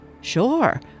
Sure